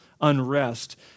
unrest